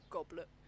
Goblet